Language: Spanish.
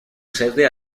sede